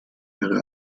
ihre